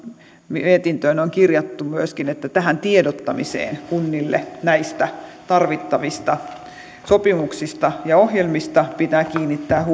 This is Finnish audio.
mietintöön on myöskin kirjattu että tiedottamiseen kunnille tarvittavista sopimuksista ja ohjelmista pitää kiinnittää